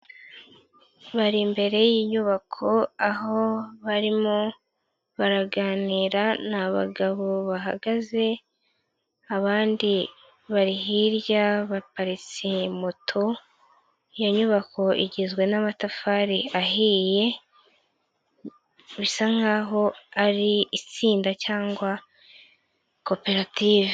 Bari imbere y'inyubako, aho barimo baraganira, n'abagabo bahagaze, abandi bari hirya baparisimoto iyo nyubako igizwe n'amatafari ahiye, bisa nk'aho ari itsinda cyangwa koperative.